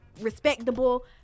respectable